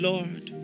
Lord